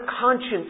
conscience